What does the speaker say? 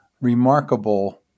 remarkable